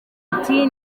ati